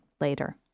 later